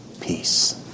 peace